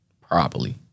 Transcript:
properly